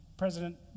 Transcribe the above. President